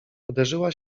uderzyła